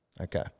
okay